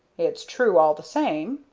it's true, all the same.